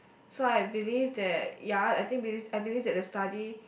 so I believe that ya I think believe I believes that the study